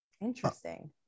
Interesting